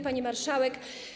Pani Marszałek!